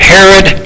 Herod